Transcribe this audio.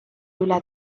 üle